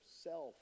Self